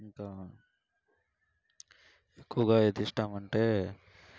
ఇంకా ఎక్కువుగా ఏది ఇష్టం అంటే